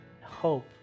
hope